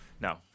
No